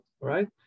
right